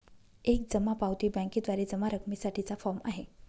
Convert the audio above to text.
एक जमा पावती बँकेद्वारे जमा रकमेसाठी चा फॉर्म आहे